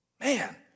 Man